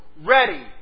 ready